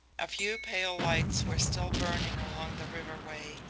a few pale lights were still burning along the river way.